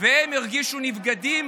והם הרגישו נבגדים